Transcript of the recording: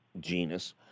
genus